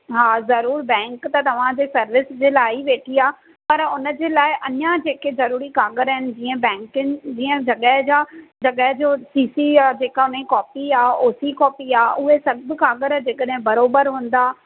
हा ज़रूरु बैंक त तव्हांजे सर्विस जे लाइ ई वेठी आहे पर हुनजे लाइ अञा कंहिं खे ज़रूरी काॻर आहिनि जीअं बैंकनि जीअं जॻहि जा जॻहि जो सी सी आहे जेका हुन जी कॉपी आहे ओसी कॉपी आहे उहे सभु काॻर जे कॾहिं बराबरि हूंदा